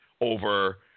over